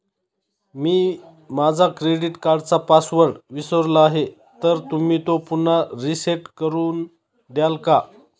मी माझा क्रेडिट कार्डचा पासवर्ड विसरलो आहे तर तुम्ही तो पुन्हा रीसेट करून द्याल का?